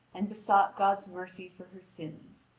and besought god's mercy for her sins.